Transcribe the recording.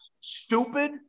stupid